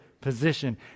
position